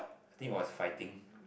I think it was fighting